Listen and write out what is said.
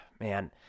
man